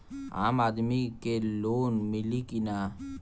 आम आदमी के लोन मिली कि ना?